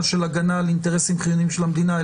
של הגנה על אינטרסים חיוניים של המדינה,